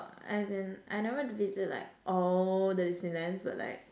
as in I never visit like all the Disneylands but like